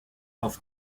auf